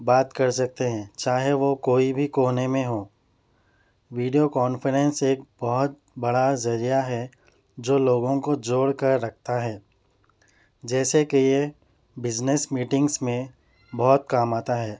بات کر سکتے ہیں چاہے وہ کوئی بھی کونے میں ہو ویڈیو کانفرنس ایک بہت بڑا ذریعہ ہے جو لوگوں کو جوڑ کر رکھتا ہے جیسے کہ یہ بزنس میٹنگس میں بہت کام آتا ہے